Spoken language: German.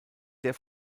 der